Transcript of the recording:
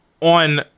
on